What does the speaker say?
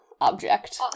object